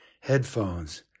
headphones